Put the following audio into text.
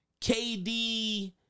KD